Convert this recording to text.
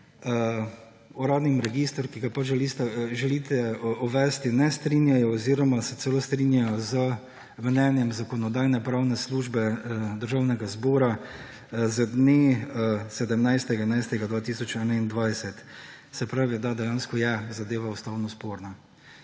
z uradnim registrom, ki ga želite uvesti, ne strinjajo oziroma se celo strinjajo z mnenjem Zakonodajno-pravne službe Državnega zbora z dne 17. 11. 2021. Se pravi, da zadeva dejansko je ustavno sporna.